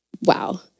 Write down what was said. wow